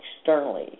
externally